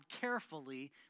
carefully